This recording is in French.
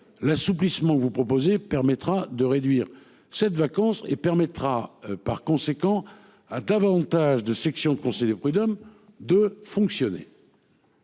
L'assouplissement vous proposez permettra de réduire cette vacances et permettra par conséquent à davantage de section conseil des prud'hommes de fonctionner.